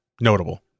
notable